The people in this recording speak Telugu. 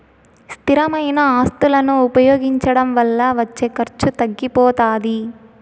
స్థిరమైన ఆస్తులను ఉపయోగించడం వల్ల వచ్చే ఖర్చు తగ్గిపోతాది